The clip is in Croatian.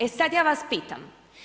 E sada ja vas pitam.